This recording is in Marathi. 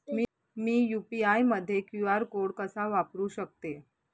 मी यू.पी.आय मध्ये क्यू.आर कोड कसा वापरु शकते?